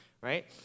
right